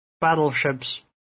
battleships